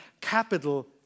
capital